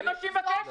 זה מה שהיא מבקשת.